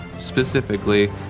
specifically